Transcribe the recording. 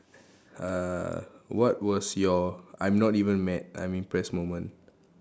uh what was your I'm not even mad I'm impressed moment